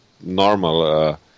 normal